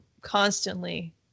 constantly